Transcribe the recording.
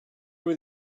were